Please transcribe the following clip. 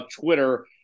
Twitter